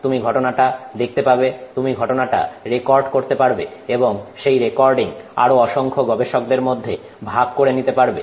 তুমি ঘটনাটা দেখতে পাবে তুমি ঘটনাটা রেকর্ড করতে পারবে এবং সেই রেকর্ডিং আরো অসংখ্য গবেষকদের মধ্যে ভাগ করে নিতে পারবে